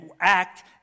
act